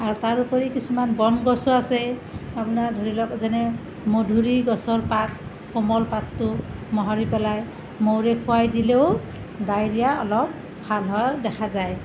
আৰু তাৰ উপৰিও কিছুমান বন গছো আছে আপোনাৰ ধৰি লওক যেনে মধুৰি গছৰ পাত কোমল পাতটো মোহাৰি পেলাই মৌৰে খোৱাই দিলেও ডায়েৰিয়া অলপ ভাল হোৱা দেখা যায়